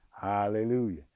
Hallelujah